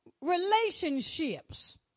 relationships